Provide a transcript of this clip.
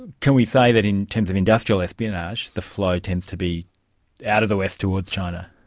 can we say that in terms of industrial espionage the flow tends to be out of the west towards china?